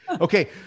Okay